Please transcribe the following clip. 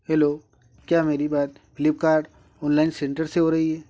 hello क्या मेरी बात फ्लिपकार्ट ऑनलाइन सेंटर से हो रही है